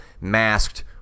masked